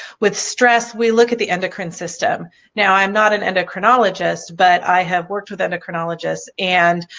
with stress we look at the endocrine system now i'm not an endocrinologist but i have worked with endocrinologist and